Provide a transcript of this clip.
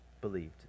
believed